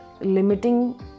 limiting